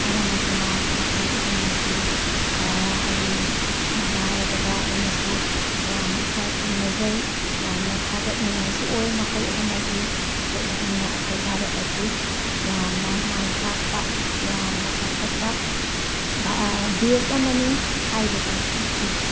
ꯃꯔꯝ ꯑꯗꯨꯅ ꯃꯈꯣꯏ ꯑꯍꯨꯝ ꯑꯁꯤ ꯁꯝꯅ ꯍꯥꯏꯔꯕꯗ ꯑꯩꯅꯁꯨ ꯌꯥꯝꯅ ꯏꯀꯥꯏ ꯈꯨꯝꯅꯖꯩ ꯌꯥꯝꯅ ꯊꯥꯒꯠꯅꯤꯡꯉꯥꯏꯁꯨ ꯑꯣꯏ ꯃꯈꯣꯏ ꯑꯍꯨꯝ ꯑꯁꯤ ꯃꯈꯣꯏ ꯑꯍꯨꯝꯅ ꯑꯩꯈꯣꯏ ꯚꯥꯔꯠ ꯑꯁꯤ ꯌꯥꯝꯅ ꯃꯥꯏ ꯄꯥꯛꯄ ꯌꯥꯝꯅ ꯆꯥꯎꯈꯠꯄ ꯗꯦꯁ ꯑꯃꯅꯤ ꯍꯥꯏꯕꯗꯨ ꯎꯠꯈꯤ